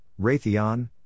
Raytheon